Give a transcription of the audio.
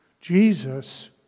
Jesus